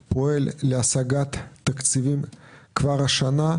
המשרד היום פועל להשגת תקציבים כבר השנה,